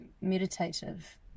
meditative